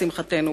לשמחתנו,